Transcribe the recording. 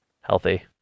healthy